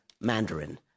Mandarin